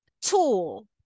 tool